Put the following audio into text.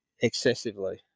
excessively